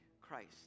Christ